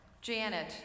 Janet